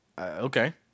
Okay